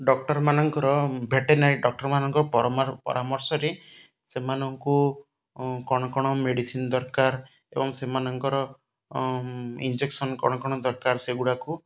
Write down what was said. ଡକ୍ଟରମାନଙ୍କର veterinary ଡକ୍ଟରମାନଙ୍କର ପରାମର୍ଶରେ ସେମାନଙ୍କୁ କ'ଣ କ'ଣ ମେଡ଼ିସିନ୍ ଦରକାର ଏବଂ ସେମାନଙ୍କର ଇଞ୍ଜେକ୍ସନ୍ କ'ଣ କ'ଣ ଦରକାର ସେଗୁଡ଼ାକୁ